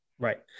Right